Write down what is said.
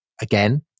Again